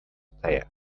player